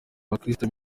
abakristo